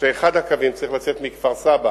אחד הקווים צריך לצאת מכפר-סבא